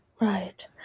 Right